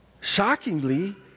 Shockingly